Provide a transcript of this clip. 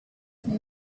may